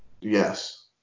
Yes